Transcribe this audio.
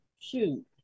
Shoot